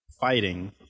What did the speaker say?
fighting